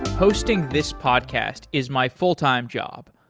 hosting this podcast is my full-time job,